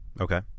okay